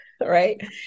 Right